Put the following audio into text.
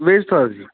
ਵੇਚਤਾ ਜੀ